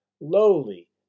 lowly